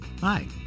Hi